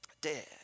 dead